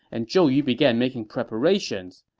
and zhou yu began making preparations.